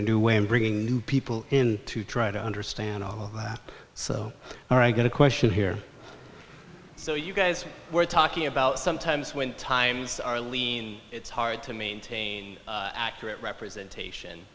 a new way of bringing new people in to try to understand all that so all right going to question here so you guys were talking about sometimes when times are lean it's hard to maintain accurate representation